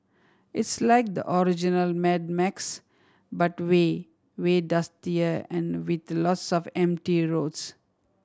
it's like the original Mad Max but way way dustier and with lots of empty roads